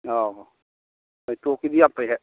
ꯑꯣ ꯍꯣꯏ ꯇꯣꯞꯀꯤꯗꯤ ꯌꯥꯝ ꯐꯩ ꯍꯥꯏ